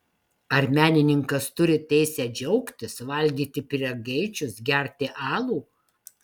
ar menininkas turi teisę džiaugtis valgyti pyragaičius gerti alų